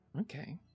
Okay